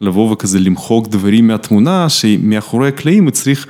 לבוא וכזה למחוק דברים מהתמונה שמאחורי הקלעים הוא צריך.